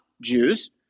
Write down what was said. Jews